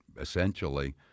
essentially